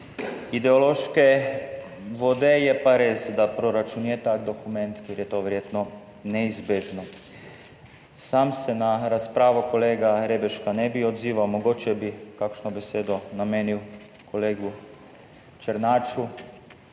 ideološke vode. Je pa res, da proračun je tak dokument, pri katerem je to verjetno neizbežno. Sam se na razpravo kolega Reberška ne bi odzival, mogoče bi kakšno besedo namenil kolegu Černaču,